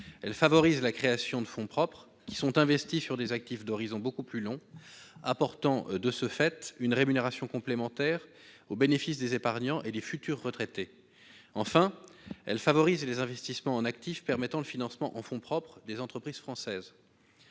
Elle favorise la création de fonds propres qui sont investis sur des actifs d'horizon beaucoup plus long, apportant de ce fait une rémunération complémentaire au bénéfice des épargnants et des futurs retraités. Enfin, elle favorise les investissements en actifs permettant le financement en fonds propres des entreprises françaises.